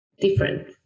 different